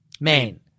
Main